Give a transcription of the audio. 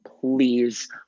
Please